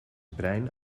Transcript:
brein